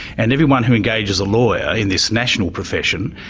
and everyone who engages a lawyer in this national profession,